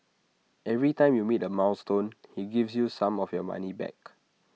every time you meet A milestone he gives you some of your money back